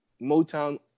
Motown